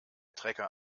trecker